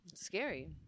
scary